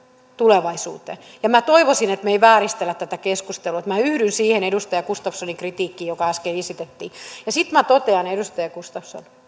tulevaisuuteen ja toivoisin että me emme vääristele tätä keskustelua yhdyn siihen edustaja gustafssonin kritiikkiin jonka hän äsken esitti ja sitten minä totean